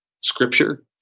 scripture